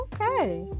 okay